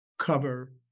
cover